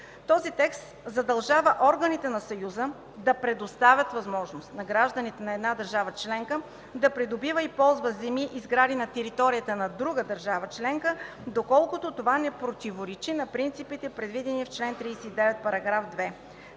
Този текст задължава органите на Съюза да предоставят възможност на гражданите на една държава членка да придобиват и ползват земи и сгради на територията на друга държава членка, доколкото това не противоречи на принципите, предвидени в чл. 39, § 2.